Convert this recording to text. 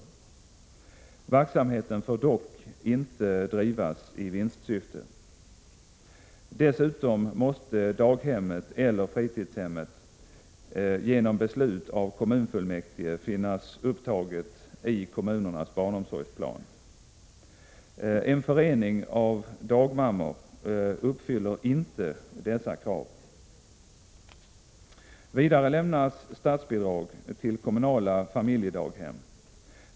Verksamheten får dock inte drivas i vinstsyfte. Dessutom måste daghemmet eller fritidshemmet genom beslut av kommunfullmäktige finnas upptaget i kommunernas barnomsorgsplan. En förening av dagmammor uppfyller inte dessa krav. Vidare lämnas statsbidrag till kommunala familjedaghem.